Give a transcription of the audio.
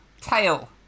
Tail